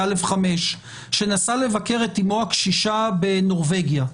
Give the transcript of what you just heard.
שנסע לבקר את אמו הקשישה בנורבגיה,